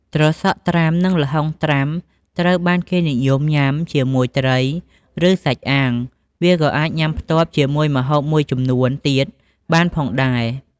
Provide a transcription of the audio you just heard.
ត្រសក់ត្រាំ និងល្ហុងត្រាំ ត្រូវបានគេនិយមញ៉ាំជាមួយត្រី ឬ សាច់អាំង វាក៏អាចញុំាផ្ទាប់ជាមួយម្ហូបមួយចំនួនទៀតបានផងដែរ។